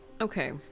Okay